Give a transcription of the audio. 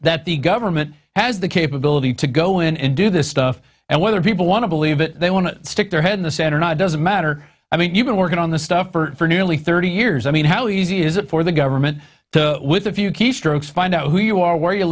that the government has the capability to go in and do this stuff and whether people want to believe that they want to stick their head in the center or not doesn't matter i mean you've been working on the stuff for nearly thirty years i mean how easy is it for the government to with a few keystrokes find out who you are where you